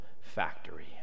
factory